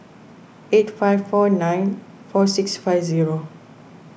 eight five four nine four six five zero